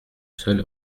seul